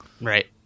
Right